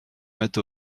mette